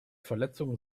verletzungen